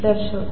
दर्शवते